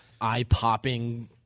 eye-popping